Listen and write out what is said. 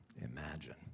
Imagine